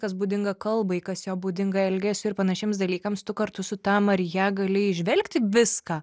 kas būdinga kalbai kas jo būdinga elgesiui ir panašiems dalykams tu kartu su ta marija gali įžvelgti viską